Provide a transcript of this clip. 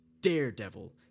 Daredevil